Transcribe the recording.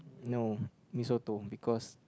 no Mee-Soto because